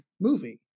movie